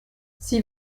sie